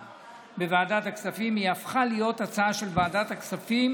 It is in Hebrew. בוועדת הכספים היא הפכה להיות הצעה של ועדת הכספים,